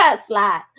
slide